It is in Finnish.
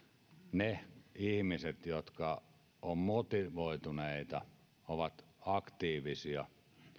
ne ihmiset jotka ovat motivoituneita ovat aktiivisia